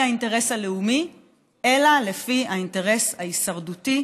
האינטרס הלאומי אלא לפי האינטרס ההישרדותי,